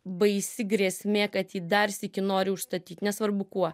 baisi grėsmė kad ji dar sykį nori užstatyt nesvarbu kuo